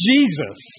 Jesus